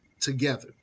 together